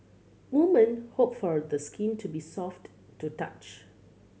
woman hope for the skin to be soft to touch